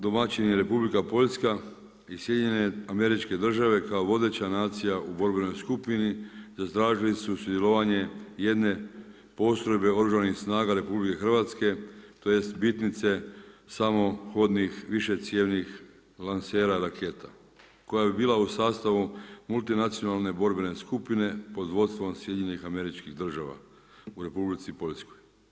Domaćin je Republika Poljska i SAD kao vodeća nacija u vodećoj skupini, zatražili su sudjelovanje jedne postrojbe Oružanih snaga RH, tj. bitnice samohodnih višecjevnih lansera raketa koja bi bila u sastavu multinacionalne borbene skupine pod vodstvom SAD-a u Republici Poljskoj.